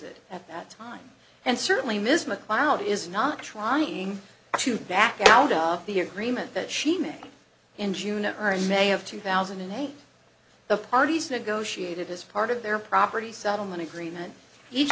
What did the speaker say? it at that time and certainly miss mcleod is not trying to back out of the agreement that she made in june or in may of two thousand and eight the parties negotiated as part of their property settlement agreement each